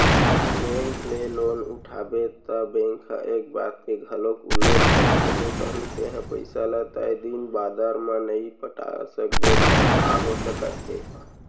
bank ले loan उठाबे त बेंक ह ए बात के घलोक उल्लेख करथे के कहूँ तेंहा पइसा ल तय दिन बादर म नइ पटा सकबे त का हो सकत हे